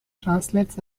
translates